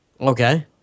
Okay